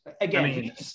Again